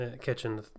catching